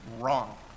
wrong